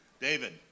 David